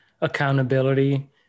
accountability